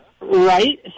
right